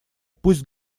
пусть